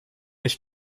ich